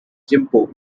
gimpo